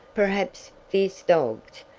perhaps fierce dogs,